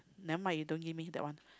never mind you don't give me that one